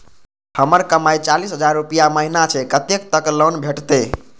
हमर कमाय चालीस हजार रूपया महिना छै कतैक तक लोन भेटते?